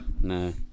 no